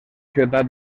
ciutat